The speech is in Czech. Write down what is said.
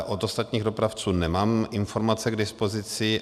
Od ostatních dopravců nemám informace k dispozici.